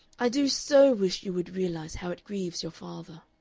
i do so wish you would realize how it grieves your father.